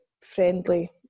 friendly